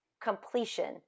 completion